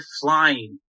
flying